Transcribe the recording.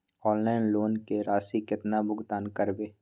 Online loan के राशि केना भुगतान करबे?